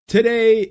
Today